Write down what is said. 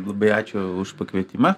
labai ačiū už pakvietimą